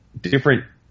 different